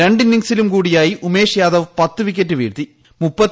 രണ്ട് ഇന്നിംഗ്സിലും കൂടിയായി ഉമേഷ് യാദവ് പത്ത് വിക്കറ്റ് വീഴ്ത്തി